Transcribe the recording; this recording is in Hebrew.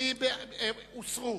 הוסרו.